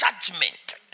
judgment